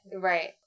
Right